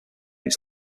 its